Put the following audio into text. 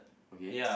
okay